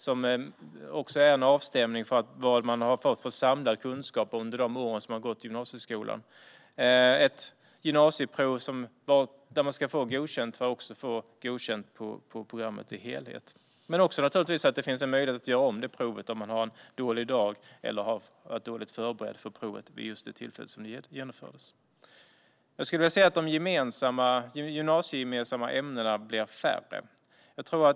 Det skulle vara en avstämning av vad man har fått för samlad kunskap under de år man gått i gymnasieskolan. Man skulle behöva få godkänt på detta prov för att få godkänt på programmet i dess helhet. Det ska givetvis finnas möjlighet att göra om provet om man hade en dålig dag eller var dåligt förberedd vid det tillfälle då provet genomfördes. Jag skulle vilja se att de gymnasiegemensamma ämnena blir färre.